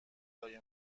لای